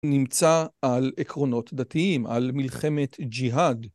נמצא על עקרונות דתיים, על מלחמת ג'יהאד.